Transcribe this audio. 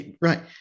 Right